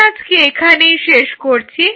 আমি আজকে এখানেই শেষ করছি